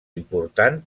important